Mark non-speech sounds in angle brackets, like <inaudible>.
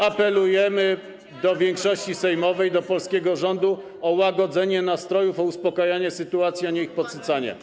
Apelujemy do większości sejmowej, do polskiego rządu o łagodzenie nastrojów, o uspokajanie <noise> sytuacji, a nie o ich podsycanie.